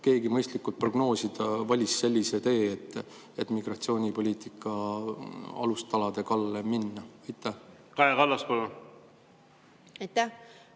mõistlikult prognoosida, valida sellise tee, et migratsioonipoliitika alustalade kallale minna? Aitäh,